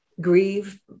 grieve